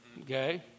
Okay